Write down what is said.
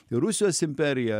į rusijos imperiją